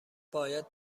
باید